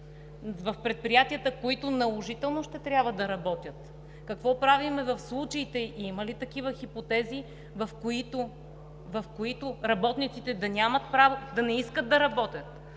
в предприятията, които наложително ще трябва да работят. Какво правим в случаите и има ли такива хипотези, в които работниците да нямат право да не искат да работят,